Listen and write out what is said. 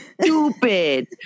stupid